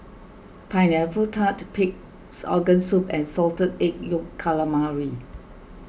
Pineapple Tart Pig's Organ Soup and Salted Egg Yolk Calamari